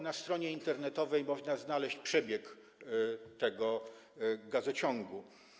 Na stronie internetowej można znaleźć przebieg trasy tego gazociągu.